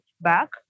back